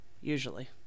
Usually